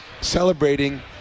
celebrating